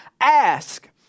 ask